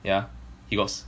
yeah he was